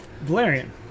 Valerian